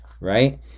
right